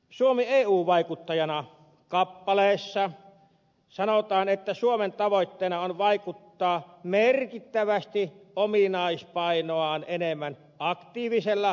suomi eu vaikuttajana kappaleessa sanotaan että suomen tavoitteena on vaikuttaa merkittävästi ominaispainoaan enemmän aktiivisella vaikuttamisella